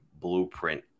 blueprint